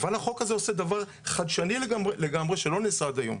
אבל החוק הזה עושה דבר חדשני לגמרי שלא נעשה עד היום.